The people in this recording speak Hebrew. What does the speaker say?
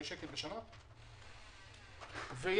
אם תסתכלו על החלטות הממשלה,